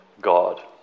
God